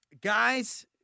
guys